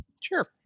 Sure